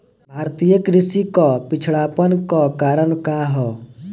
भारतीय कृषि क पिछड़ापन क कारण का ह?